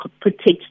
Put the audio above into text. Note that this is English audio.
protect